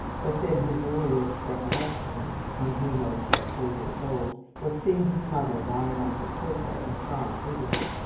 but then his earliest recollection when he was but four years old was seeing his mother lying on her sofa and crying bitterly.